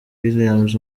williams